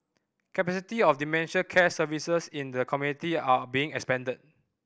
capacity of dementia care services in the community are being expanded